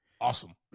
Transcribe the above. awesome